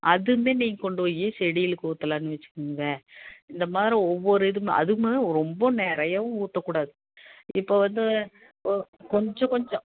அதுவுமே நீங்கள் கொண்டு போய் செடிகளுக்கு ஊற்றலான்னு வச்சுக்குங்க இந்த மாதிரி ஒவ்வொரு இதுமே அதுவுமே ரொம்ப நிறையவும் ஊற்றக்கூடாது இப்போ வந்து கொஞ்சம் கொஞ்சம்